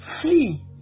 Flee